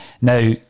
Now